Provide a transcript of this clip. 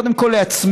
קודם כול לעצמנו,